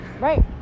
right